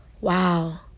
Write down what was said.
wow